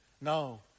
No